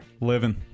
Living